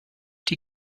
die